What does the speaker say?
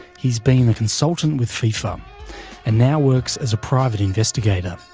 he's been a consultant with fifa and now works as a private investigator.